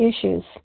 issues